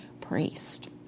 priest